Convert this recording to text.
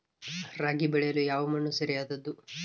ರಾಗಿ ಬೆಳೆಯಲು ಯಾವ ಮಣ್ಣು ಸರಿಯಾದದ್ದು?